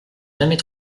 jamais